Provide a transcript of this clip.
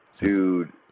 Dude